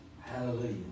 Hallelujah